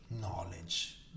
knowledge